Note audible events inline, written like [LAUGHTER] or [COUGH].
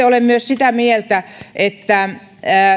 [UNINTELLIGIBLE] olen myös sitä mieltä että